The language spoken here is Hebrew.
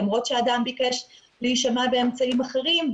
למרות שאדם ביקש להישמע באמצעים אחרים,